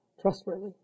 trustworthy